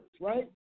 right